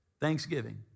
thanksgiving